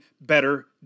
better